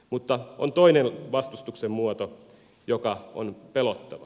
mutta on toinen vastustuksen muoto joka on pelottava